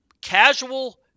casual